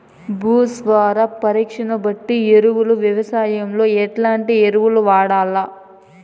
భూసార పరీక్ష బట్టి ఎరువులు వ్యవసాయంలో ఎట్లాంటి ఎరువులు వాడల్ల?